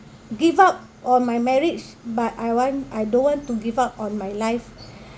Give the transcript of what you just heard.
give up on my marriage but I want I don't want to give up on my life